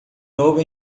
novo